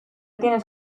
tienes